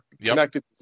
connected